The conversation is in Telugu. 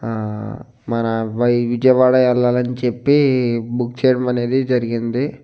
మన అబ్బాయి విజయవాడ వెళ్లాలని అని చెప్పి బుక్ చేయడమనేది జరిగింది